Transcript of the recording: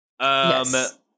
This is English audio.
Yes